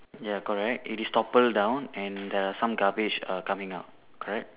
ya correct it is topple down and err some garbage err coming out correct